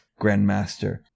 Grandmaster